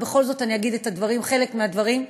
ובכל זאת, אני אגיד חלק מהדברים,